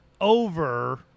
over